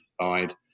side